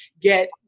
get